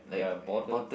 ya bottle